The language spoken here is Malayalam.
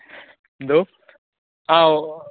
എന്തോ ആ ഓ